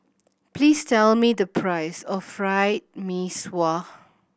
please tell me the price of Fried Mee Sua